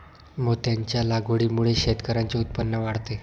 मोत्यांच्या लागवडीमुळे शेतकऱ्यांचे उत्पन्न वाढते